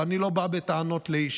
ואני לא בא בטענות לאיש